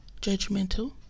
judgmental